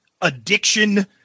addiction